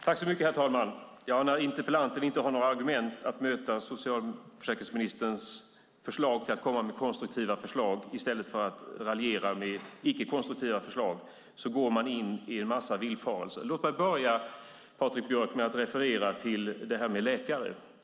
Herr talman! När interpellanten inte har några argument att möta socialförsäkringsministerns förslag på att komma med konstruktiva förslag i stället för att raljera med icke konstruktiva förslag går han in i en massa villfarelser. Låt mig börja med att referera till detta med läkare, Patrik Björck.